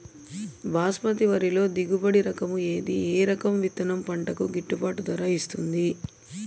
బాస్మతి వరిలో దిగుబడి రకము ఏది ఏ రకము విత్తనం పంటకు గిట్టుబాటు ధర ఇస్తుంది